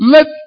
Let